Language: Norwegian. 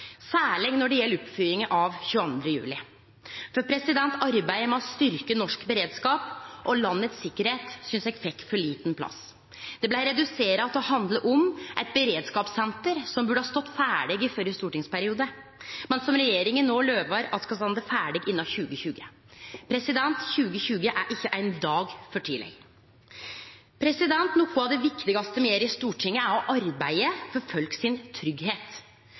særleg når det gjeld oppfølginga av 22. juli. Arbeidet med å styrkje norsk beredskap og landets sikkerheit synest eg fekk for liten plass. Det blei redusert til å handle om eit beredskapssenter som burde ha stått ferdig i førre stortingsperiode, men som regjeringa no lovar at skal stå ferdig innan 2020. 2020 er ikkje ein dag for tidleg. Noko av det viktigaste me gjer i Stortinget, er å arbeide for folk sin